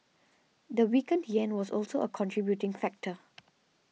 the weakened yen was also a contributing factor